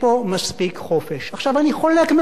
אני חולק מאוד על מה שאמר שר האוצר,